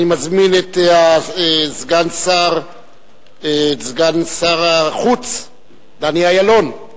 אני מזמין את סגן שר החוץ דני אילון,